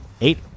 Eight